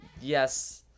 yes